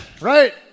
right